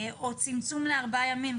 או צמצום לארבעה ימים,